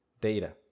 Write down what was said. data